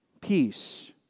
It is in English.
peace